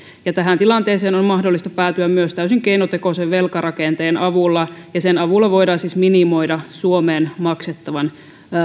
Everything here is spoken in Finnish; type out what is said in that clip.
tähän tilanteeseen on mahdollista päätyä myös täysin keinotekoisen velkarakenteen avulla ja sen avulla voidaan siis minimoida suomeen maksettavan